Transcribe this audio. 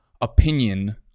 opinion